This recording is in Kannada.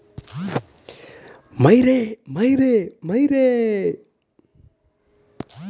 ಬೇಸಾಯಕ್ಕೆ ಇನ್ಸೂರೆನ್ಸ್ ಮಾಡಿದ್ರೆ ರೈತನಿಗೆ ಎಂತೆಲ್ಲ ಉಪಕಾರ ಇರ್ತದೆ?